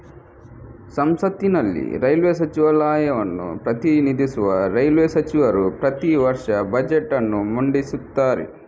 ಸಂಸತ್ತಿನಲ್ಲಿ ರೈಲ್ವೇ ಸಚಿವಾಲಯವನ್ನು ಪ್ರತಿನಿಧಿಸುವ ರೈಲ್ವೇ ಸಚಿವರು ಪ್ರತಿ ವರ್ಷ ಬಜೆಟ್ ಅನ್ನು ಮಂಡಿಸುತ್ತಾರೆ